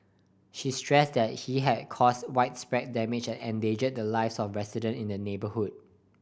she stressed that he had caused widespread damage and endangered the lives of residents in the neighbourhood